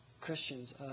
Christians